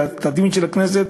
התדמית של הכנסת